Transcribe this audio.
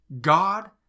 God